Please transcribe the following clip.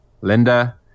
Linda